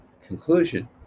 conclusion